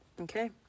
Okay